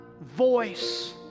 voice